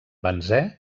benzè